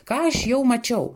ką aš jau mačiau